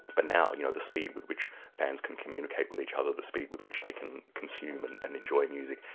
but now you know the speed with which bands can communicate with each other, the speed with which they can consume and and enjoy music,